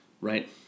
right